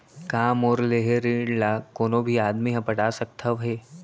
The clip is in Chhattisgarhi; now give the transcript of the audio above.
का मोर लेहे ऋण ला कोनो भी आदमी ह पटा सकथव हे?